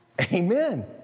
Amen